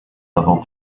level